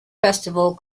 festival